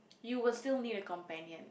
you will still need a companion